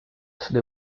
the